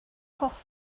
hoff